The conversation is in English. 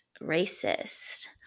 racist